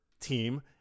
team